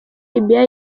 libiya